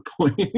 point